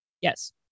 Yes